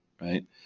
right